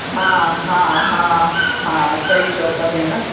हा हा हा हा हा सही चओ था भेण